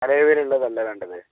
alloy wheel ഉള്ളതല്ലേ വേണ്ടത്